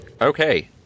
Okay